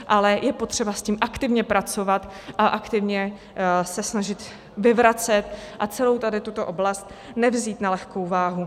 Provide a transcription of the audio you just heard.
Ale je potřeba s tím aktivně pracovat a aktivně se snažit vyvracet a celou tuto oblast nevzít na lehkou váhu.